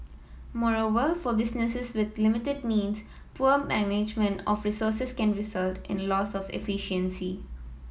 moreover for businesses with limited means poor management of resources can result in loss of efficiency